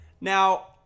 Now